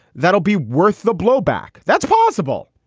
that'll be worth the blowback. that's possible.